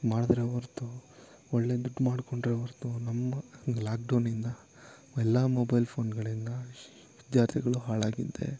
ಮಾಡಿದ್ರೆ ಹೊರ್ತು ಒಳ್ಳೆ ದುಡ್ಡು ಮಾಡ್ಕೊಂಡ್ರೆ ಹೊರ್ತು ನಮ್ಮ ಲಾಕ್ಡೌನಿಂದ ಎಲ್ಲ ಮೊಬೈಲ್ ಫೋನ್ಗಳಿಂದ ವಿದ್ಯಾರ್ಥಿಗಳು ಹಾಳಾಗಿದ್ದೇ